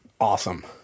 awesome